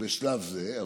בשלב זה.